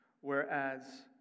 Whereas